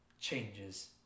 changes